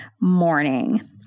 morning